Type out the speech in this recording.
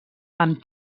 amb